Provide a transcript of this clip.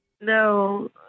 No